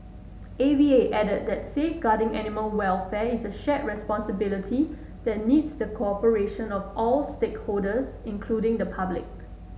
A V A added that safeguarding animal welfare is a shared responsibility that needs the cooperation of all stakeholders including the public